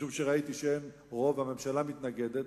משום שראיתי שאין רוב, הממשלה מתנגדת,